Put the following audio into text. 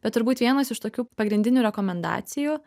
bet turbūt vienas iš tokių pagrindinių rekomendacijų